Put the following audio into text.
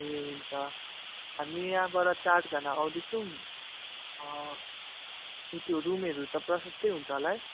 ए हुन्छ हामी यहाँबाट चारजना आउँदैछौँ ऊ त्यो रुमहरू त प्रशस्तै हुन्छ होला है